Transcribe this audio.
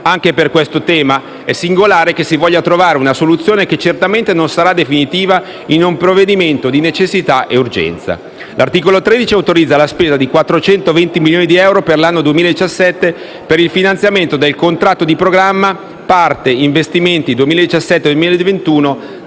Anche per questo tema è singolare che si voglia trovare una soluzione, che certamente non sarà definitiva, in un provvedimento di necessità e urgenza. L'articolo 13 autorizza la spesa di 420 milioni di euro per l'anno 2017 per il finanziamento del contratto di programma, parte investimenti 2017-2021,